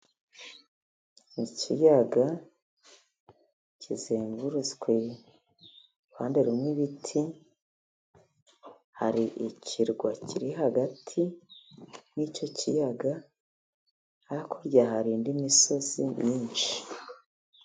Mu kiyaga kizengurutswe uruhande rumwe ibiti, hari ikirwa kiri hagati y'icyo kiyaga, hakurya hari indi misozi myinshi.